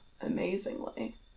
amazingly